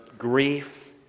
grief